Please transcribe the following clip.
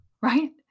right